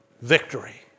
victory